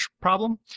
problem